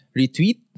retweet